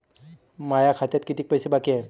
माया खात्यात कितीक पैसे बाकी हाय?